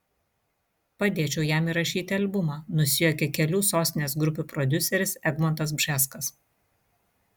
padėčiau jam įrašyti albumą nusijuokė kelių sostinės grupių prodiuseris egmontas bžeskas